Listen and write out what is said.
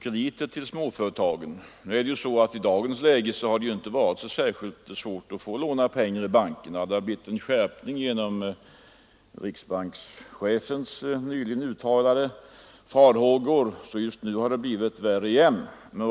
krediter till småföretagen. I dagens läge har det ju inte varit särskilt svårt att låna pengar i bankerna, även om det på grund av riksbankschefens nyligen uttalade farhågor just nu blivit värre igen.